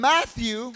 Matthew